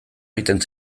egiten